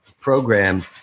program